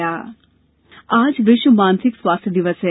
विश्व मानसिक स्वास्थ्य दिवस आज विश्व मानसिक स्वास्थ्य दिवस है